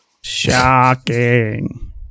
Shocking